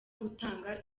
gutanga